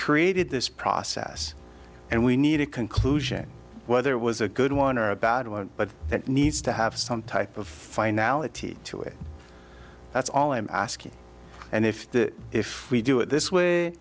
created this process and we need a conclusion whether it was a good one or a bad one but it needs to have some type of finality to it that's all i'm asking and if if we do it this way